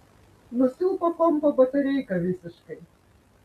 nusilpo kompo batareika visiškai